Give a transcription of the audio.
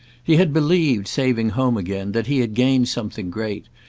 he had believed, sailing home again, that he had gained something great,